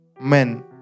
men